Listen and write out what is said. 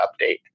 update